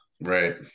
right